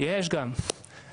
יש גם את זה.